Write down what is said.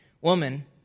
Woman